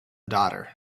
daughter